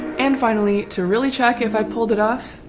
and finally to really check if i pulled it off